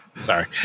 Sorry